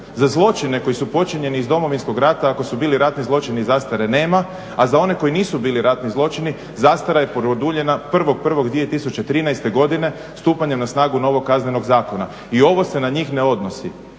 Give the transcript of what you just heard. za zločine koji su počinjeni iz Domovinskog rata ako su bili ratni zločini zastare nema a za one koji nisu bili ratni zločini zastara je produljena 1.1.2013.godine stupanjem na snagu novog Kaznenog zakona i ovo se na njih ne odnosi.